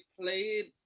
played